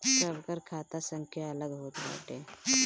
सबकर खाता संख्या अलग होत बाटे